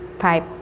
five